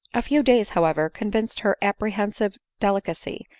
a few days, however, convinced her apprehensive de licacy,